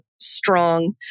strong